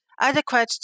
adequate